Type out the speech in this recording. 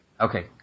Okay